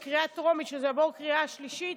עדים להכחדה עולמית נוספת, אבל ההכחדה השישית